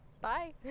Bye